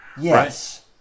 Yes